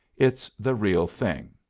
it's the real thing.